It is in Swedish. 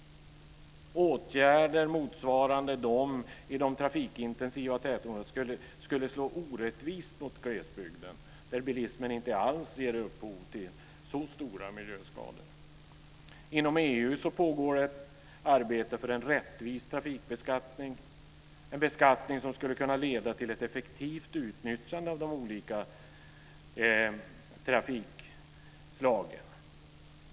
Åtgärder motsvarande de som vidtas i de trafikintensiva tätorterna skulle slå orättvist mot glesbygden, där bilismen inte alls ger upphov till så stora miljöskador. Inom EU pågår ett arbete för en rättvis trafikbeskattning, som skulle kunna leda till ett effektivt utnyttjande av de olika trafikslagen.